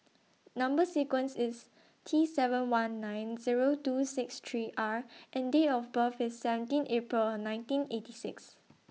Number sequence IS T seven one nine Zero two six three R and Date of birth IS seventeen April nineteen eighty six